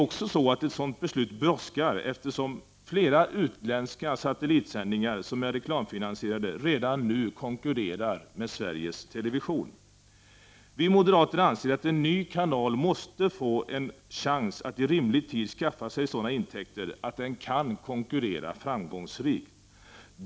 Ett sådant beslut brådskar, eftersom flera utländska satellitsändningar som är reklamfinansierade redan nu konkurrerar med Sveriges Television. Vi moderater anser att en ny kanal måste få en chans att i rimlig tid skaffa sig sådana intäkter att den framgångsrikt kan konkurrera.